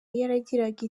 yaragiraga